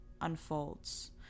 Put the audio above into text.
unfolds